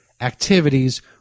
activities